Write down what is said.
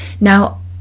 now